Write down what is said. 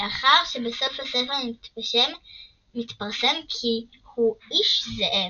ולאחר שבסוף הספר מתפרסם כי הוא איש-זאב,